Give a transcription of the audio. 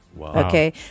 Okay